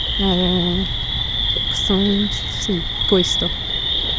Questo, sì, questo